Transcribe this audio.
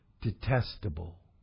detestable